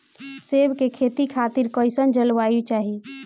सेब के खेती खातिर कइसन जलवायु चाही?